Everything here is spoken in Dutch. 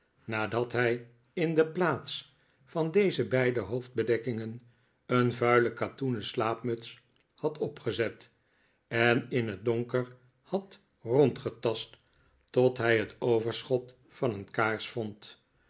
nadat hij in de plaats van deze beide hoofdbedekkingen een vuile katoenen slaapmuts had opgezet en in het donker had rondgetast tot hij het overschot van een kaars vond